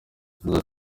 yagize